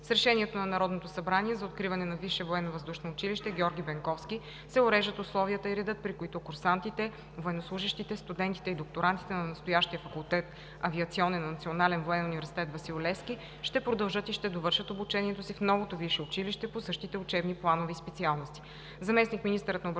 С решението на Народното събрание за откриване на Висше военновъздушно училище „Георги Бенковски“ се уреждат условията и редът, при които курсантите, военнослужещите, студентите и докторантите на настоящия факултет „Авиационен“ на Национален военен университет „Васил Левски“ ще продължат и ще довършат обучението си в новото висше училище по същите учебни планове и специалности.